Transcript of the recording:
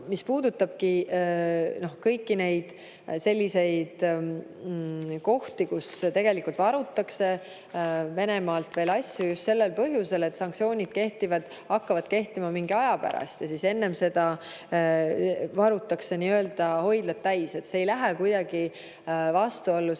mis puudutab [kõike seda], siis tegelikult varutakse Venemaalt veel asju just sellel põhjusel, et sanktsioonid hakkavad kehtima mingi aja pärast. Enne seda varutakse nii-öelda hoidlad täis. See ei lähe kuidagi vastuollu